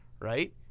right